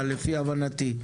לקיה.